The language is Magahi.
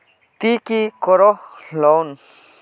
ती की करोहो लोन?